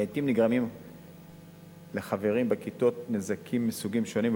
לעתים נגרמים לחברים בכתות נזקים מסוגים שונים,